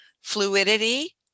fluidity